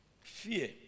Fear